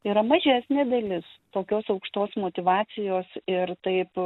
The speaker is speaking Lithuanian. yra mažesnė dalis tokios aukštos motyvacijos ir taip